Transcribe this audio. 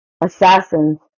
assassins